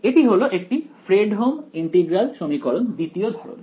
এটি হল একটি ফ্রেডহোম ইন্টিগ্রাল সমীকরণ দ্বিতীয় ধরনের